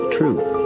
truth